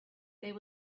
there